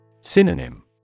Synonym